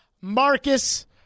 marcus